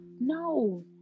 no